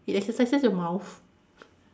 it exercises your mouth